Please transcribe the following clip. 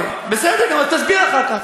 בסדר, תסביר אחר כך.